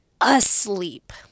asleep